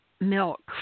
milk